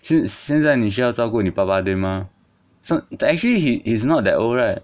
现现在你需要照顾你爸爸对吗 so actually he is not that old right